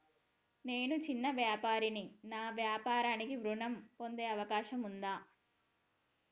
నేను చిన్న వ్యాపారిని నా వ్యాపారానికి ఋణం పొందే అవకాశం ఉందా?